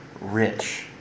rich